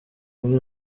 nk’i